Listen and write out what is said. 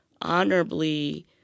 honorably